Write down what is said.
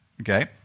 okay